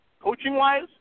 coaching-wise